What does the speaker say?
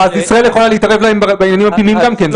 אז ישראל יכולה להתערב להם בעניינים הפנימיים גם כן,